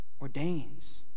ordains